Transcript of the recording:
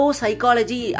psychology